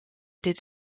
dit